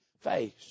face